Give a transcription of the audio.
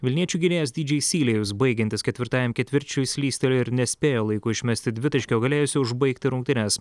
vilniečių gynėjas dydžei sylėjus baigiantis ketvirtajam ketvirčiui slystelėjo ir nespėjo laiku išmesti dvitaškio galėjusio užbaigti rungtynes